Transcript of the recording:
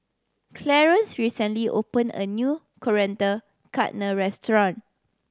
Clarence recently opened a new Coriander Chutney restaurant